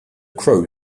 crow